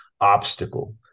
obstacle